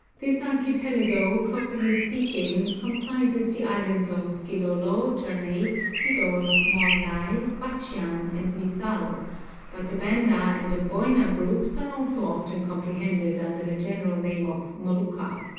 this archipelago properly speaking, comprises the islands of gilolo, ternate, tidor, mornay, batchian, and misal but the banda and amboyna groups are also often comprehended under the general name of molucca.